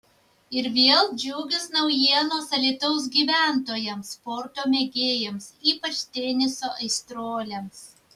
ir vėl džiugios naujienos alytaus gyventojams sporto mėgėjams ypač teniso aistruoliams